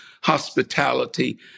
hospitality